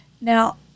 Now